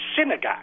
synagogue